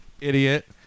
Idiot